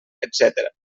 etcètera